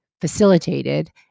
facilitated